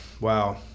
Wow